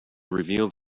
revealed